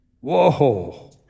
Whoa